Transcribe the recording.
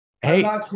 Hey